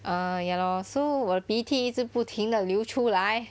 ah ya lor so 我的鼻涕一直不停地流出来